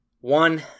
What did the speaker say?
One